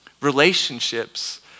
Relationships